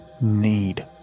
need